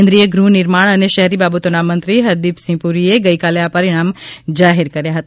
કેન્દ્રિય ગૃહનિર્માણ અને શહેરી બાબતોના મંત્રી હરદીપસિંહ પુરીએ ગઇકાલે આ પરિણામ જાહેર કર્યા હતા